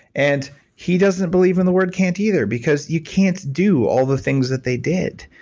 and he doesn't believe in the word can't either because you can't do all the things that they did.